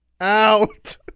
out